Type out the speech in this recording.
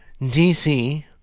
DC